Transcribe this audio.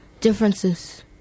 differences